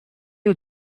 you